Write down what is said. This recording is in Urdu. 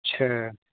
اچھا